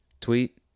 tweet